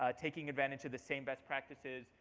um taking advantage of the same best practices.